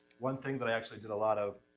one thing that i actually did a lot of